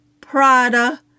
Prada